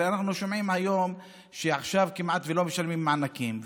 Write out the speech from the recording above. הרי אנחנו שומעים היום שעכשיו כמעט לא משלמים מענקים,